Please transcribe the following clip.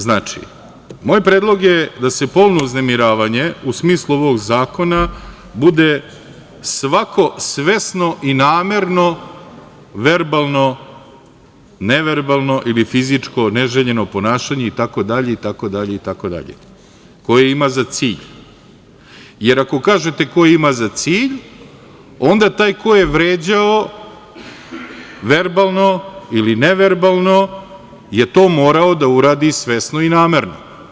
Znači, moj predlog je da polno uznemiravanje u smislu ovog ovog zakona bude svako svesno i namerno verbalno, neverbalno ili fizičko neželjeno ponašanje itd, koje ima za cilj, jer ako kažete „koje ima za cilj“ onda taj ko je vređao verbalno ili neverbalno je to morao da uradi svesno i namerno.